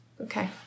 okay